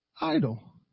idle